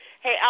Hey